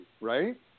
right